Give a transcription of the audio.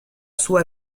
sua